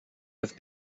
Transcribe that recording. have